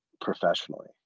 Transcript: professionally